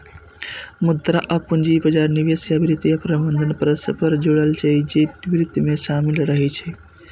मुद्रा आ पूंजी बाजार, निवेश आ वित्तीय प्रबंधन परस्पर जुड़ल छै, जे वित्त मे शामिल रहै छै